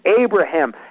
Abraham